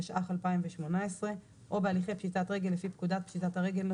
תשע"ח-2018 או בהליכי פשיטת רגל לפי פקודת פשיטת הרגל ,